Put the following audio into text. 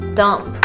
dump